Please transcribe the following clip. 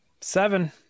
Seven